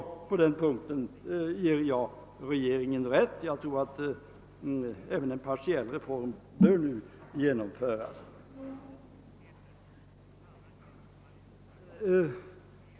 På den punkten ger jag regeringen rätt. Jag anser att en partiell reform bör genomföras.